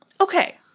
Okay